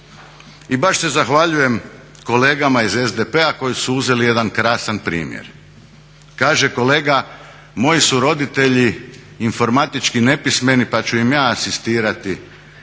I baš se zahvaljujem kolegama iz SDP-a koji su uzeli jedan krasan primjer. Kaže kolega moji su roditelji informatički nepismeni pa ću im ja asistirati